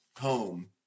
home